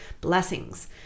blessings